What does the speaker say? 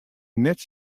net